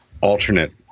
alternate